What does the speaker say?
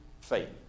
faith